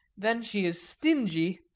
then she is stingy.